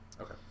Okay